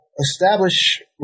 establish